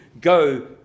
go